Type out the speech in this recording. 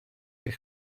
eich